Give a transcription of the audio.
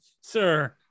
sir